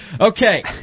Okay